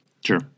Sure